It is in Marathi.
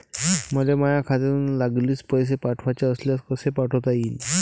मले माह्या खात्यातून लागलीच पैसे पाठवाचे असल्यास कसे पाठोता यीन?